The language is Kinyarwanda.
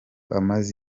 amaze